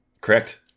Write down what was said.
Correct